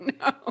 no